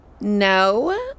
No